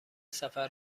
سفر